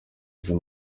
izi